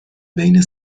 بین